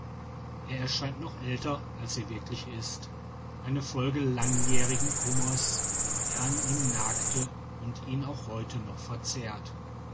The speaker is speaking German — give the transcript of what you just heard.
er erscheint noch älter als er wirklich ist eine folge langjährigen kummers der an ihm nagte und ihn auch heute noch verzehrt